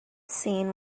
scene